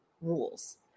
rules